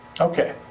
Okay